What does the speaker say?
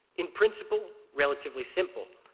in principle, relatively simple,